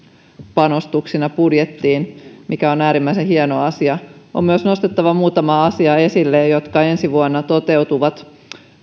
panostuksina budjettiin mikä on äärimmäisen hieno asia on myös nostettava esille muutama asia jotka ensi vuonna toteutuvat